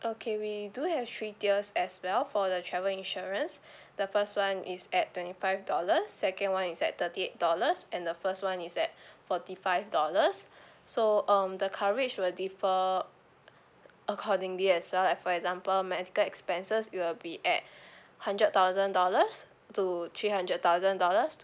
okay we do have three tiers as well for the travel insurance the first one is at twenty five dollars second one is at thirty eight dollars and the first one is at forty five dollars so um the coverage will differ accordingly as well like for example medical expenses it will be at hundred thousand dollars to three hundred thousand dollars